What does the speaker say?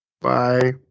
Bye